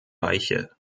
weiche